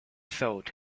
thought